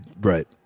right